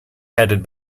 headed